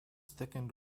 thickened